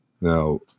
Now